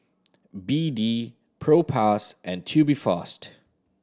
B D Propass and Tubifast